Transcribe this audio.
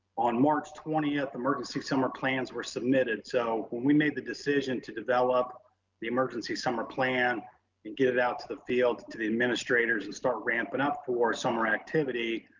on march twentieth, emergency summer plans were submitted. so when we made the decision to develop the emergency summer plan and get it out to the field to the administrators administrators and start ramping up for summer activity,